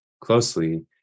closely